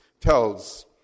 tells